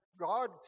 God